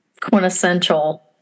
quintessential